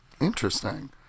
interesting